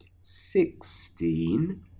sixteen